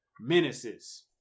menaces